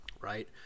right